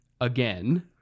again